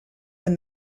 when